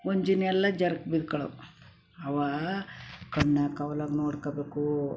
ಒಂದು ಜಿನ್ ಎಲ್ಲ ಜರ್ಕೊ ಬಿದ್ಕೊಳ್ಳೋದು ಅವಾ ಕಣ್ಣ ಕಾವಲಾಗಿ ನೋಡ್ಕೊಳ್ಬೇಕು